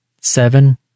Seven